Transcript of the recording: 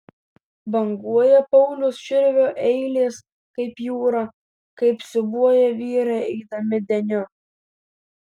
banguoja pauliaus širvio eilės kaip jūra kaip siūbuoja vyrai eidami deniu